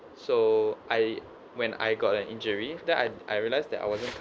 so I when I got an injury then I I realize that I wasn't